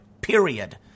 period